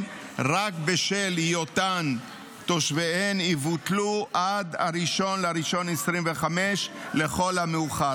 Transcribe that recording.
רק בשל היותם תושביהן יבוטלו עד 1 בינואר 2025 לכל המאוחר.